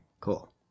Cool